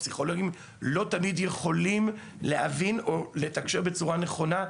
הפסיכולוגים לא תמיד יכולים להבין או לתקשר בצורה נכונה.